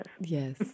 Yes